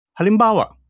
Halimbawa